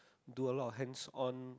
do a lot of hangs on